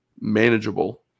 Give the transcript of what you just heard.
manageable